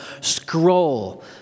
scroll